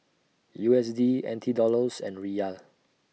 U S D N T Dollars and Riyal